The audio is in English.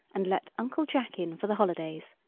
and let uncle jack in for the holidays.